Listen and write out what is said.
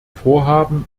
vorhaben